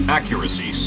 Accuracy